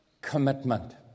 Commitment